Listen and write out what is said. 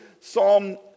Psalm